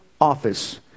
office